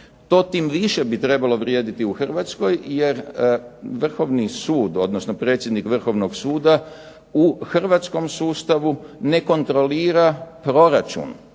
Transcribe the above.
To tim više bi trebalo vrijediti u Hrvatskoj jer Vrhovni sud odnosno predsjednik Vrhovnog suda u hrvatskom sustavu ne kontrolira proračun